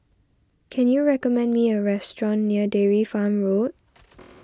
can you recommend me a restaurant near Dairy Farm Road